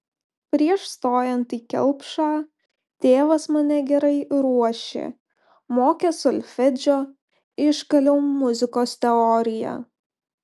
prieš stojant į kelpšą tėvas mane gerai ruošė mokė solfedžio iškaliau muzikos teoriją